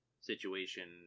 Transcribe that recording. situation